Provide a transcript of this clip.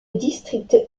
district